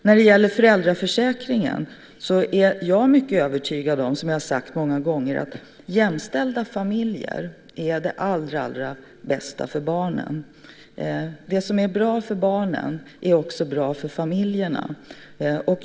När det gäller föräldraförsäkringen är jag mycket övertygad om, som jag har sagt många gånger, att jämställda familjer är det allra bästa för barnen. Det som är bra för barnen är också bra för familjerna.